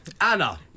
Anna